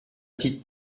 titre